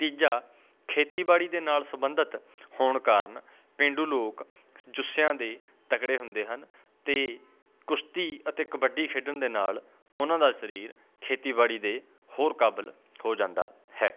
ਤੀਜਾ ਖੇਤੀਬਾੜੀ ਦੇ ਨਾਲ ਸੰਬੰਧਿਤ ਹੋਣ ਕਾਰਨ ਪੇਂਡੂ ਲੋਕ ਜੁੱਸਿਆ ਦੇ ਤਕੜੇ ਹੁੰਦੇ ਹਨ ਅਤੇ ਕੁਸ਼ਤੀ ਅਤੇ ਕਬੱਡੀ ਖੇਡਣ ਦੇ ਨਾਲ ਉਹਨਾਂ ਦਾ ਸਰੀਰ ਖੇਤੀਬਾੜੀ ਦੇ ਹੋਰ ਕਾਬਲ ਹੋ ਜਾਂਦਾ ਹੈ